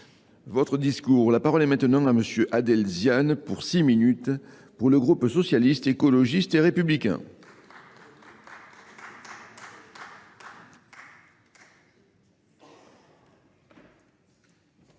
votre discours. La parole est maintenant à monsieur Adelzian pour six minutes pour le groupe socialiste, écologiste et républicain. Merci madame.